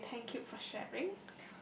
okay thank you for sharing